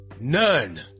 none